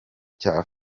cya